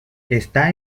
está